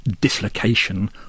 dislocation